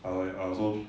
I I also